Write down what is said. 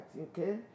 Okay